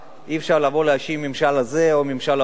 אי-אפשר לבוא ולהאשים את הממשל הזה או את הממשל ההוא.